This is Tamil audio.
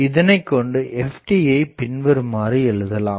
இதனைக்கொண்டு ftஐ பின்வருமாறு எழுதலாம்